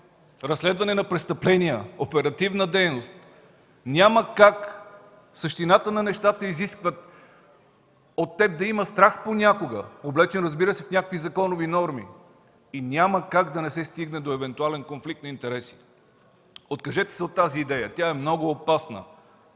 разследване на престъпления, оперативна дейност. Няма как, същината на нещата изисква у теб да има страх понякога, облечен, разбира се, в някакви законови норми и няма как да не се стигне до евентуален конфликт на интереси. Откажете се от тази идея. Тя е много опасна.